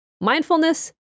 Mindfulness